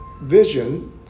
vision